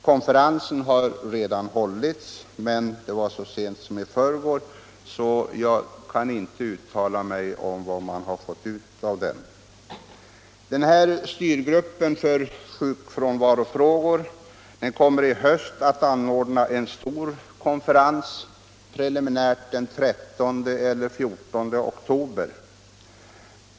Konferensen har redan hållits, det var så sent som i förrgår, så jag kan inte uttala mig om vad man har fått ut av den. Styrgruppen för sjukfrånvarofrågor kommer i höst att anordna en stor konferens, preliminärt den 13 eller 14 oktober.